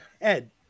Ed